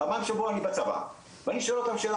פעמיים בשבוע אני בצבא ואני שואל אותם שאלה